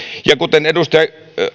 ja kuten edustaja